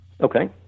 Okay